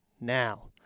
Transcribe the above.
now